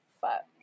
But-